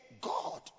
God